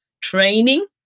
training